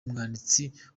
umwanditsi